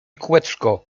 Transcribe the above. kółeczko